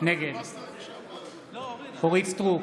נגד אורית מלכה סטרוק,